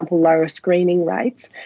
lower screening rates,